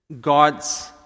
God's